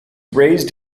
raised